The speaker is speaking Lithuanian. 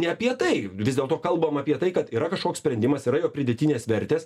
ne apie tai vis dėlto kalbam apie tai kad yra kažkoks sprendimas yra jo pridėtinės vertės